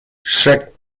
chaque